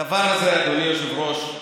הדבר הזה, אדוני היושב-ראש,